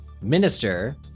Minister